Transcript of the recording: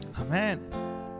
Amen